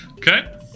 Okay